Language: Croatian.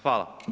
Hvala.